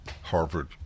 Harvard